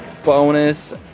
bonus